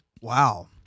Wow